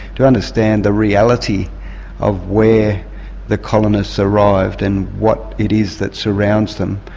to understand the reality of where the colonists arrived, and what it is that surrounds them,